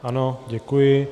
Ano, děkuji.